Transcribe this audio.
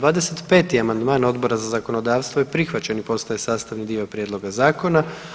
25. amandman Odbora za zakonodavstvo je prihvaćen i postaje sastavni dio prijedloga zakona.